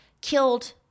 killed